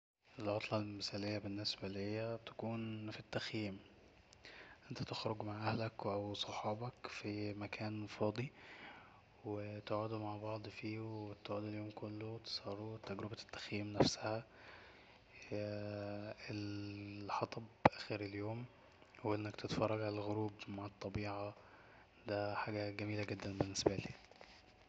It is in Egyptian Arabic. العطلة المثالية بالنسبة ليا تكون في التخييم انت تخرج مع أهلك أو صحابك في مكان فاضي وتقعدو مع بعض فيه وتقعدو اليوم كله وتسهرو وتجربة التخييم نفسها هي الحطب اخر اليوم وانك تتفرج عالغروب مع الطبيعة دا حاجة جميلة جدا بالنسبالي